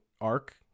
arc